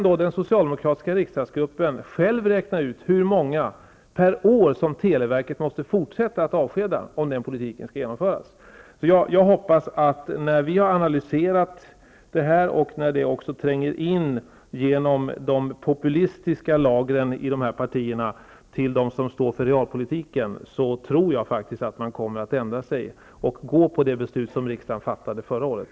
Den socialdemokratiska riksdagsgruppen kan själv räkna ut hur många anställda per år som televerket måste fortsätta att avskeda om den politiken skall genomföras. När vi har analyserat detta och det tränger in genom de populistiska lagren i dessa partier till dem som står för realpolitiken, tror jag att man kommer att ändra sig och gå på det beslut som riksdagen fattade förra året.